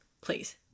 please